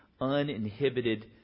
uninhibited